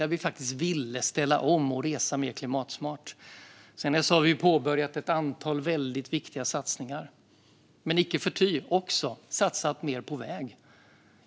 Vi ville faktiskt ställa om och resa mer klimatsmart. Sedan dess har vi påbörjat ett antal väldigt viktiga satsningar och också satsat mer på väg.